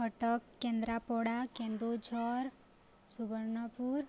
Cuttack Kendrapara Keonjhar Subarnapur